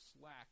slack